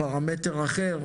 פרמטר אחר,